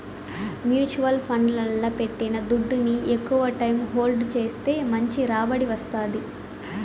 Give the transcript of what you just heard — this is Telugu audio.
మ్యూచువల్ ఫండ్లల్ల పెట్టిన దుడ్డుని ఎక్కవ టైం హోల్డ్ చేస్తే మంచి రాబడి వస్తాది